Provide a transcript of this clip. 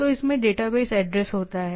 तो इसमें database address होता है